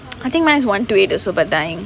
I think mine is one two eight also but dying